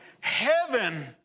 heaven